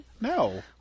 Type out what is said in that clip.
No